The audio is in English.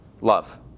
love